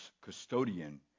custodian